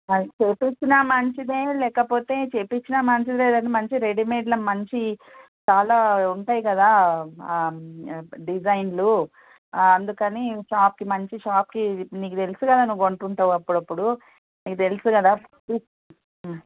చేయించినా మంచిదే లేకపోతే చేయించిన మంచిదే గానీ మంచి రెడీమేడ్ల మంచి చాలా ఉంటాయి కదా డిజైన్లు అందుకని షాప్కి మంచి షాప్కి నీకు తెలుసు కదా నువ్వు కొంటుంటావు అప్పుడప్పుడు నీకు తెలుసు కదా